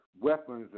weapons